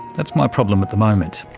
that's my problem at the moment.